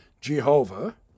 Jehovah